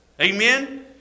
Amen